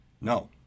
No